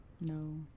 No